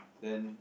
then